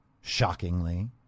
shockingly